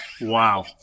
Wow